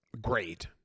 great